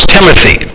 Timothy